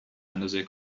اندازه